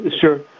Sure